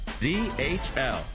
DHL